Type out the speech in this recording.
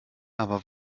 aber